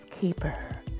keeper